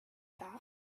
that